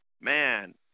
man